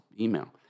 email